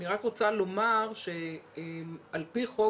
אני רק רוצה לומר שעל פי חוק,